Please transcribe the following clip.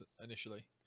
initially